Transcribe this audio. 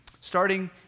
Starting